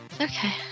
Okay